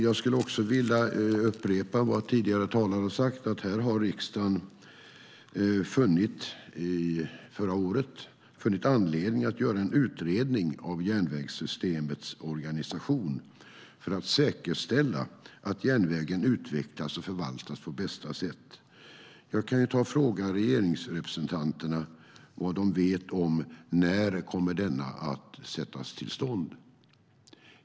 Jag skulle vilja upprepa vad tidigare talare har sagt: Här har riksdagen förra året funnit anledning att göra en utredning av järnvägssystemets organisation för att säkerställa att järnvägen utvecklas och förvaltas på bästa sätt. Jag kan fråga regeringsrepresentanterna om de vet när denna kommer att tillsättas.